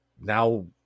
now